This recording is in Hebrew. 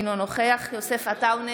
אינו נוכח יוסף עטאונה, אינו